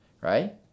Right